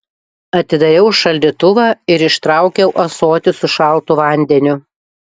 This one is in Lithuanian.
atidariau šaldytuvą ir ištraukiau ąsotį su šaltu vandeniu